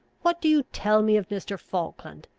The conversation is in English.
what do you tell me of mr. falkland?